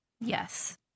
Yes